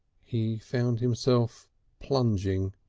he found himself plunging.